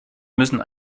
müssen